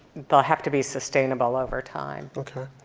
they'll have to be sustainable over time. okay,